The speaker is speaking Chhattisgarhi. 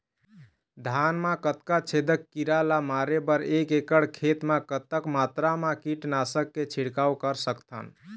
धान मा कतना छेदक कीरा ला मारे बर एक एकड़ खेत मा कतक मात्रा मा कीट नासक के छिड़काव कर सकथन?